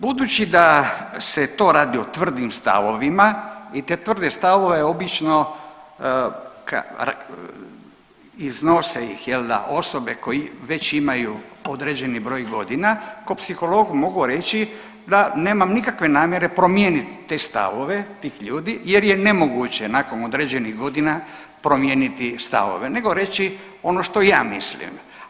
Budući da se to radi o tvrdim stavovima i te tvrde stavove obično iznose ih jel da osobe koje već imaju određeni broj godina ko psiholog mogu reći da nemam nikakve namjere promijenit te stavove, tih ljudi jer je nemoguće nakon određenih godina promijeniti stavove nego reći ono što ja mislim.